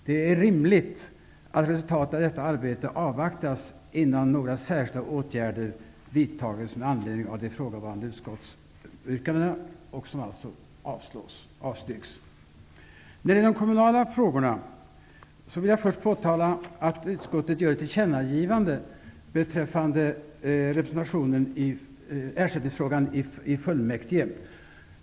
Det är rimligt att resultatet av detta arbete avvaktas innan några särskilda åtgärder vidtas med anledning av de ifrågavarande utskottsyrkandena, vilka alltså avstyrks. När det gäller de kommunala frågorna vill jag först påtala att utskottet gör ett tillkännagivande beträffande frågan om ersättare i fullmäktige.